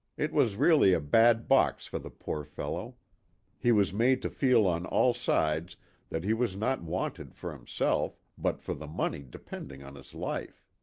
it was really a bad box for the poor fellow he was made to feel on all sides that he was not wanted for himself but for the money depending on his life.